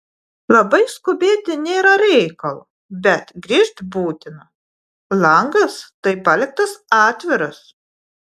labai skubėti nėra reikalo bet grįžt būtina langas tai paliktas atviras